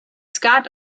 scott